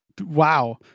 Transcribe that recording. wow